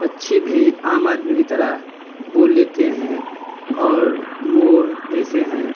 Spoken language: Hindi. पक्षी भी आम आदमियों की तरह बोल लेते हैं और मोर जैसे हैं